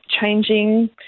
changing